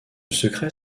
secret